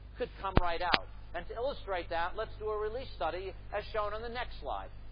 could come right out. and to illustrate that, let's do a release study, as shown on the next slide,